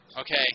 okay